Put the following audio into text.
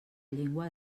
llengua